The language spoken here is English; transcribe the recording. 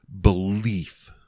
belief